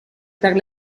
per